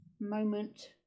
moment